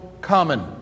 common